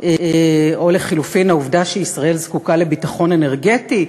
או לחלופין העובדה שישראל זקוקה לביטחון אנרגטי,